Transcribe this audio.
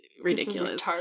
ridiculous